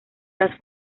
las